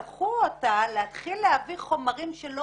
שלחו אותה להתחיל להביא חברים שלא